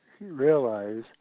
realize